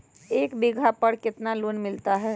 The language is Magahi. एक बीघा पर कितना लोन मिलता है?